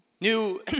new